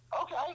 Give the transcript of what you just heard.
okay